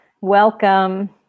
Welcome